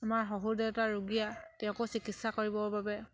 আমাৰ শহুৰ দেউতা ৰুগীয়া তেওঁকো চিকিৎসা কৰিবৰ বাবে